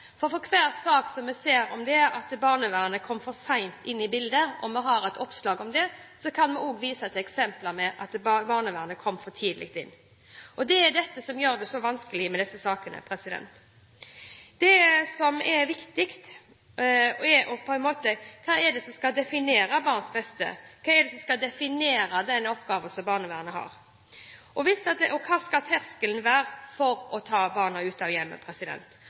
for for hver sak der vi ser at barnevernet kom for sent inn i bildet, og det blir et oppslag om det, kan vi også vise til eksempler på at barnevernet kom for tidlig inn. Det er dette som gjør det så vanskelig med disse sakene. Det som er viktig, er: Hva er det som skal definere barns beste? Hva er det som skal definere den oppgaven som barnevernet har? Hva skal terskelen være for å ta barna ut av hjemmet?